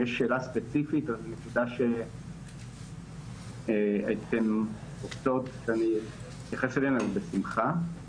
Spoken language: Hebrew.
אם יש שאלה ספציפית או נקודה שאתן רוצות שאתייחס אליהן בשמחה.